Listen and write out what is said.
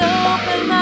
open